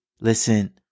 listen